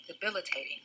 debilitating